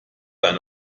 eine